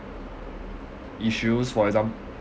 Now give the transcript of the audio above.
issues for example